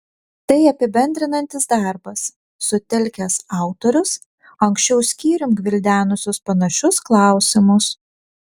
tai apibendrinantis darbas sutelkęs autorius anksčiau skyrium gvildenusius panašius klausimus